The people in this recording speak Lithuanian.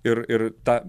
ir ir ta